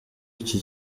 iki